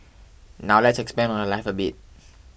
now let's expand on her life a bit